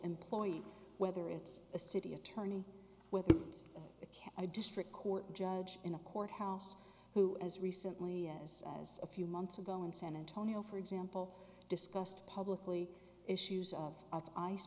employee whether it's a city attorney with a can a district court judge in a courthouse who as recently as as a few months ago in san antonio for example discussed publicly issues of ice